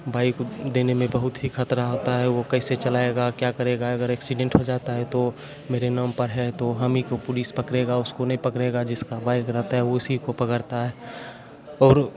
bike देने में बहुत ही खतरा आता है वो कैसे चलाएगा क्या करेगा अगर एक्सीडेंट हो जाता है तो मेरे नाम पर है तो हम ही को पुलिस पकड़ेगा उसको नहीं पकड़ेगा जिसका बाइक रहता है उसी को पकड़ता है और